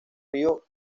río